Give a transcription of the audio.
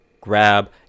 grab